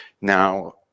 Now